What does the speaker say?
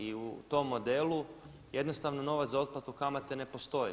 I u tom modelu jednostavno novac za otplatu kamate ne postoji.